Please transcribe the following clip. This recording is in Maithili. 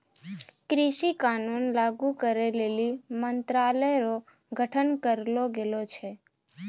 कृषि कानून लागू करै लेली मंत्रालय रो गठन करलो गेलो छै